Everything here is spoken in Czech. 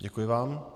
Děkuji vám.